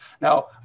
Now